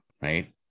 Right